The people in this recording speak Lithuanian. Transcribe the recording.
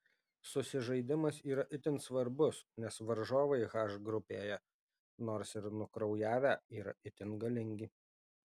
susižaidimas yra itin svarbus nes varžovai h grupėje nors ir nukraujavę yra itin galingi